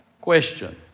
Question